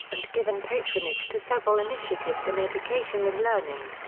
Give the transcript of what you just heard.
and given patronage to several initiatives in education and learning.